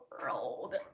world